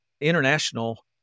international